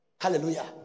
Hallelujah